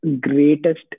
greatest